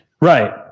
Right